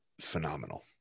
phenomenal